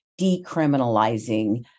decriminalizing